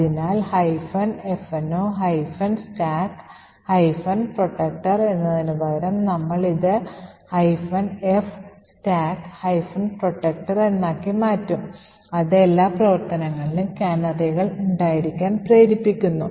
അതിനാൽ fno stack protector എന്നതിനു പകരം നമ്മൾ ഇത് f stack protector എന്നാക്കി മാറ്റും അത് എല്ലാ പ്രവർത്തനങ്ങളിലും കാനറികൾ ഉണ്ടായിരിക്കാൻ പ്രേരിപ്പിക്കുന്നു